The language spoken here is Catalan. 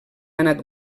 anat